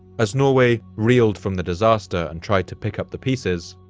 as norway reeled from the disaster and tried to pick up the pieces,